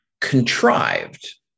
contrived